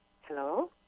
hello